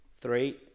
Three